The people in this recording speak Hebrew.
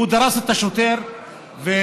הוא דרס את השוטר למוות,